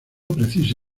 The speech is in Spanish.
precisa